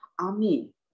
army